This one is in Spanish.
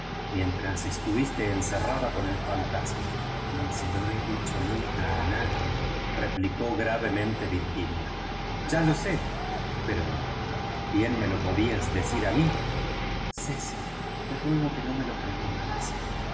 tras estuviste encerrada eon ei fantasma ni se lo he dicho nunca a nadierepli có gravemente virginia ya lo sé iero bien me lo podías decir a mi ceeij te ruego que no me lo preguntes